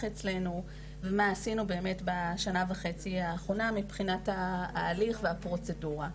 אצלינו ומה עשינו באמת בשנה וחצי האחרונות מבחינת ההליך והפרוצדורה.